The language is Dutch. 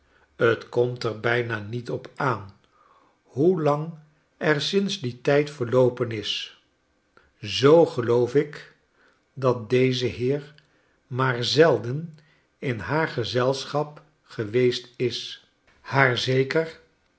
t komt er bijna niet op aan hoelang er sinds dien tijd verloopen is zoo geloof ik dat deze heer maar zelden in haar gezelschap geweest is haar zeker